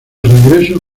regreso